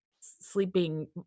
sleeping